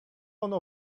ono